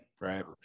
Right